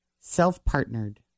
self-partnered